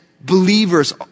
believers